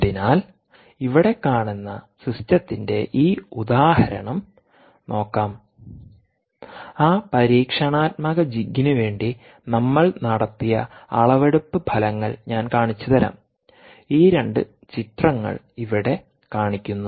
അതിനാൽ ഇവിടെ കാണുന്ന സിസ്റ്റത്തിന്റെ ഈ ഉദാഹരണം നോക്കാം ആ പരീക്ഷണാത്മക ജിഗിന് വേണ്ടി നമ്മൾ നടത്തിയ അളവെടുപ്പ് ഫലങ്ങൾ ഞാൻ കാണിച്ചുതരാം ഈ 2 ചിത്രങ്ങൾ ഇവിടെ കാണിക്കുന്നു